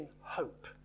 hope